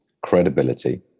credibility